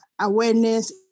awareness